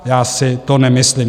Já si to nemyslím.